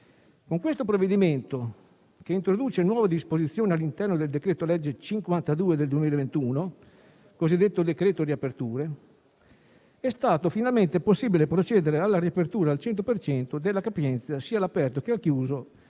Con tale provvedimento, infatti, che introduce nuove disposizioni all'interno del decreto-legge n. 52 del 2021, il cosiddetto decreto riaperture, è stato finalmente possibile procedere alla riapertura al 100 per cento della capienza, sia all'aperto che al chiuso,